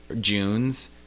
June's